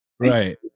Right